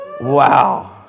Wow